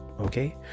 Okay